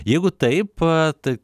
jeigu taip tai